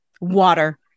water